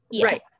right